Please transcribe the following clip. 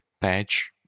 patch